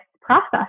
process